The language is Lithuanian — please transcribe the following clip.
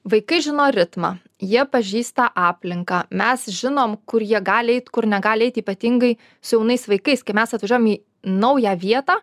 vaikai žino ritmą jie pažįsta aplinką mes žinom kur jie gali eit kur negali eit ypatingai su jaunais vaikais kai mes atvažiuojam į naują vietą